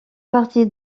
partie